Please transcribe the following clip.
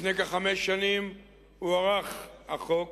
לפני כחמש שנים הוארך תוקף החוק